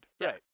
Right